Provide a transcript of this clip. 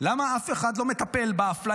אבל בסדר שיהיה לזה בהצלחה.